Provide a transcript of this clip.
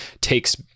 takes